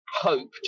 hope